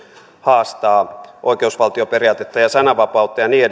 haastaa oikeusvaltioperiaatetta sananvapautta ja niin edelleen